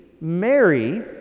Mary